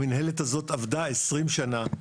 המנהלת הזאת עבדה עשרים שנה,